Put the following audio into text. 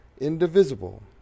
indivisible